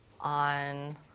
on